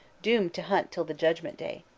doomed to hunt till the judgment day.